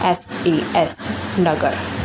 S A S Nagar